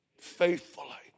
Faithfully